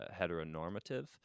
heteronormative